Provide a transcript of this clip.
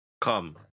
come